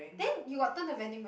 then you got turn the vending machine